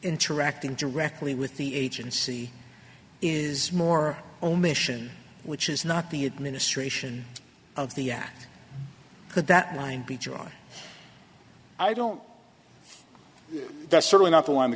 interacting directly with the agency is more omission which is not the administration of the act could that line be drawn i don't that's certainly not the one the